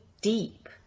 deep